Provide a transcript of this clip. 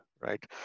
right